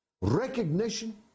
recognition